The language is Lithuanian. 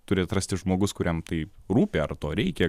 turi atrasti žmogus kuriam tai rūpi ar to reikia